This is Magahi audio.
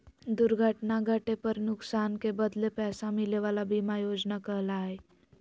दुर्घटना घटे पर नुकसान के बदले पैसा मिले वला बीमा योजना कहला हइ